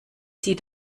sie